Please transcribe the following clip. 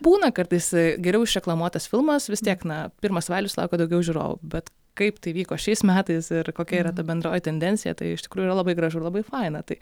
būna kartais geriau išreklamuotas filmas vis tiek na pirmą savaitgalį sulaukia daugiau žiūrovų bet kaip tai vyko šiais metais ir kokia yra ta bendroji tendencija tai iš tikrųjų yra labai gražu ir labai faina tai